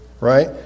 right